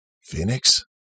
Phoenix